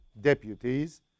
deputies